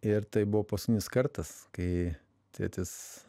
ir tai buvo paskutinis kartas kai tėtis